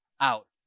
out